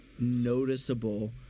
noticeable